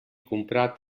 comprat